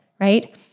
right